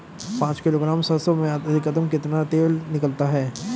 पाँच किलोग्राम सरसों में अधिकतम कितना तेल निकलता है?